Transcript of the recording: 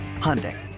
Hyundai